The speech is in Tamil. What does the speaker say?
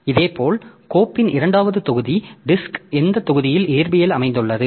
இதேபோல் கோப்பின் இரண்டாவது தொகுதி டிஸ்க் எந்த தொகுதியில் இயற்பியல் அமைந்துள்ளது